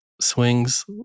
swings